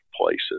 places